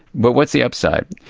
but what's the upside?